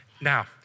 Now